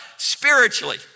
spiritually